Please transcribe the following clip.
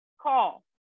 call